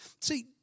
See